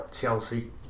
Chelsea